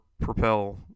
propel